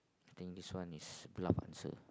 I think this one is bluff answer